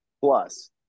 plus